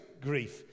grief